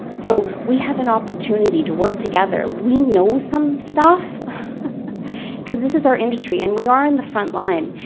so we have an opportunity to work together. we know some stuff because this is our industry. and we are in the front line.